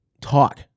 talk